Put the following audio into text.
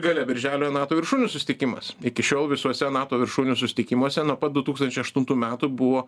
gale birželio nato viršūnių susitikimas iki šiol visuose nato viršūnių susitikimuose nuo pat du tūkstančiai aštuntų metų buvo